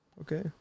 Okay